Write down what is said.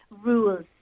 rules